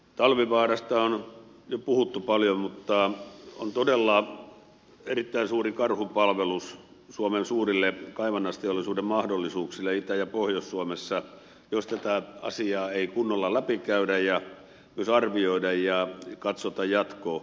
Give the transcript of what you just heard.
talvivaarasta on jo puhuttu paljon mutta on todella erittäin suuri karhunpalvelus suomen suurille kaivannaisteollisuuden mahdollisuuksille itä ja pohjois suomessa jos tätä asiaa ei kunnolla läpikäydä ja myös arvioida ja katsota jatkoa